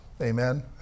Amen